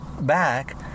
back